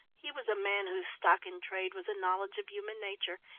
he was a man whose stock-in-trade was a knowledge of human nature,